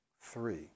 three